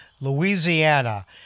Louisiana